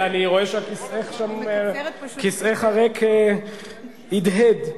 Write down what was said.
כיסאך הריק הדהד.